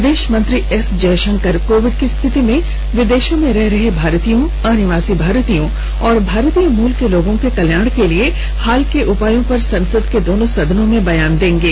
विदेश मंत्री S Jaishankar Covid की स्थिति में विदेशों में रह रहे भारतीयों अनिवासी भारतीयों और भारतीय मूल के लोगों के कल्याण के लिए हाल के उपायों पर संसद के दोनों सदनों में बयान देंगे